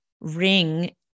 ring